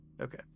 Okay